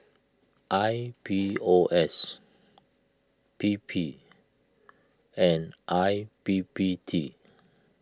I P O S P P and I P P T